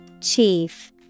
Chief